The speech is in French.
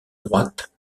droite